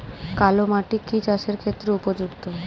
কালো মাটি কি চাষের ক্ষেত্রে উপযুক্ত?